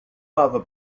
other